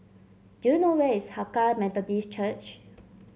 do you know where is Hakka Methodist Church